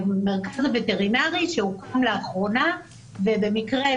המרכז הווטרינרי שהוקם לאחרונה ובמקרה,